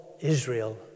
Israel